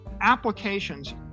applications